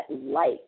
light